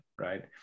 right